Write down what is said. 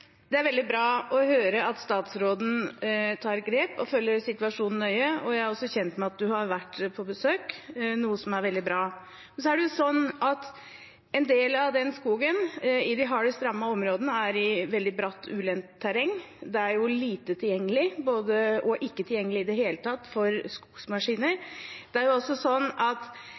Det er veldig bra å høre at statsråden tar grep og følger situasjonen nøye. Jeg er også kjent med at hun har vært på besøk, noe som er veldig bra. En del av skogen i de hardest rammede områdene er i veldig bratt, ulendt terreng. Det er lite tilgjengelig og ikke tilgjengelig i det hele tatt for skogsmaskiner. Det er også